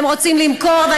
הם רוצים למכור.